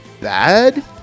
bad